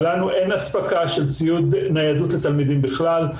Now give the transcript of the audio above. לנו אין אספקה של ציוד ניידות לתלמידים בכלל,